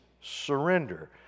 surrender